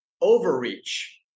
overreach